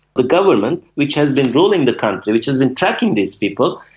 the government, which has been ruling the country, which has been tracking these people,